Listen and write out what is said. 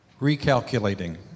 Recalculating